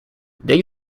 they